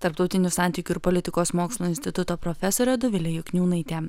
tarptautinių santykių ir politikos mokslų instituto profesorė dovilė jakniūnaitė